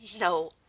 No